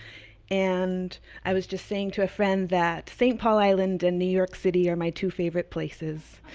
and i was just saying to a friend that st. paul island and new york city are my two favorite places.